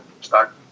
start